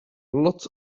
lots